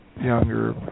younger